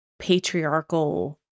patriarchal